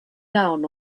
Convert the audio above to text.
down